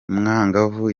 umwangavu